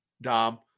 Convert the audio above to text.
Dom